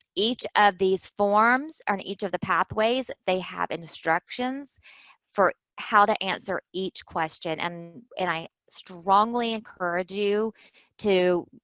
each of these forms in and each of the pathways, they have instructions for how to answer each question. and and i strongly encourage you to,